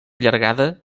llargada